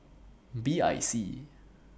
B I C